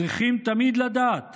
צריכים תמיד לדעת